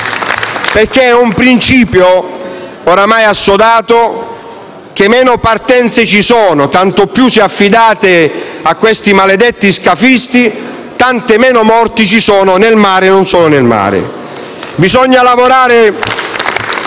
L-SP)*. È un principio, ormai assodato, che meno partenze ci sono - tanto più se affidate a questi maledetti scafisti - tanto meno morti ci sono nel mare e non solo nel mare. *(Applausi